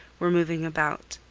were moving about.